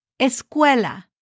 Escuela